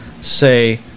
say